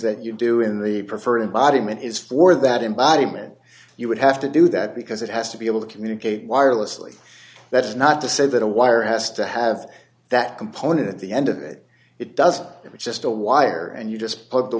that you do in the preferred body mint is for that embodiment you would have to do that because it has to be able to communicate wirelessly that's not to say that a wire has to have that component the end of it it does if it's just a wire and you just put the